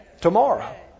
tomorrow